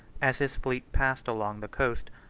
as his fleet passed along the coast,